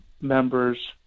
members